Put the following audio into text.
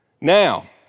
Now